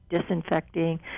disinfecting